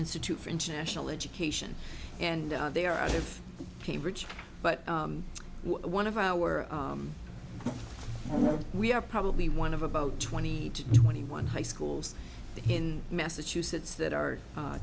institute for international education and they are out of cambridge but one of our we are probably one of about twenty to twenty one high schools in massachusetts that are